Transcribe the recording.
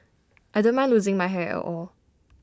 I don't mind losing my hair at all